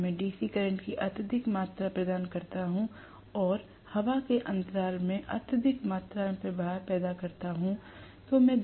अगर मैं DC current की अत्यधिक मात्रा प्रदान करता हूं और हवा के अंतर में अत्यधिक मात्रा में प्रवाह पैदा करता हूं